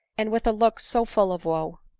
and with a look so full of wo!